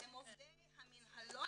הם עובדי המינהלות.